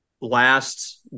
last